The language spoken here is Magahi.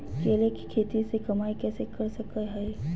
केले के खेती से कमाई कैसे कर सकय हयय?